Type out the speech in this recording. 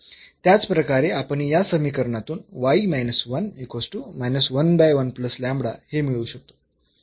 त्याचप्रकारे आपण या समीकरणातून हे मिळवू शकतो